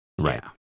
Right